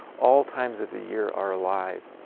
all times of the year are alive.